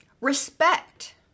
respect